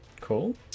Cool